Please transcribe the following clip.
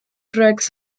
tracks